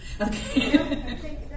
okay